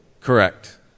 Correct